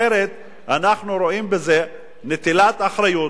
אחרת אנחנו רואים בזה נטילת אחריות,